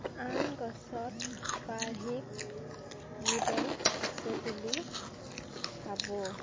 আন গছত বাৰ্হিক জীৱন আছে বুলি ভাবোঁ